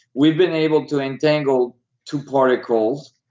we've been able to entangle two particles.